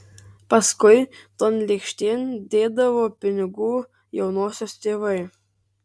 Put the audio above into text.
paskui ton lėkštėn dėdavo pinigų jaunosios tėvai